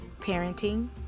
parenting